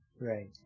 Right